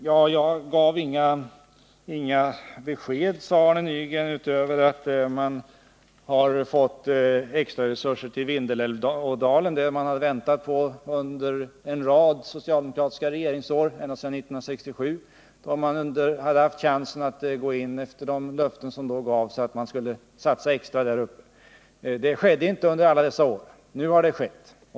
Herr Nygren sade att jag inte gav några besked utöver meddelandet om extra resurser till Vindelälvsdalen, något som vi väntat på under en rad socialdemokratiska regeringsår ända från 1967, då man ändå hade chansen att efter de löften som då gavs satsa extra där uppe. Detta skedde emellertid inte under alla dessa år, men nu har det skett.